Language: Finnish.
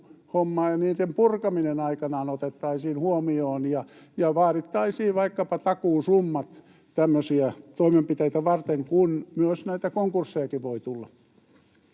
niiden purkaminen aikanaan otettaisiin huomioon ja vaadittaisiin vaikkapa takuusummat tämmöisiä toimenpiteitä varten, kun näitä konkurssejakin voi tulla.